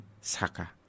Saka